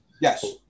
Yes